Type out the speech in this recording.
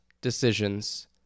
decisions